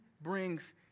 brings